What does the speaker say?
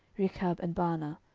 rechab and baanah,